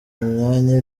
myanya